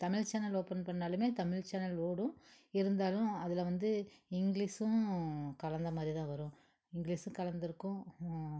Tamil channel open பண்ணாலும் Tamil channel ஓடும் இருந்தாலும் அதில் வந்து இங்கிலீஷும் கலந்த மாதிரி தான் வரும் இங்கிலீஷும் கலந்து இருக்கும்